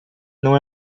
não